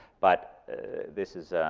but this is